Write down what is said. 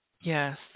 Yes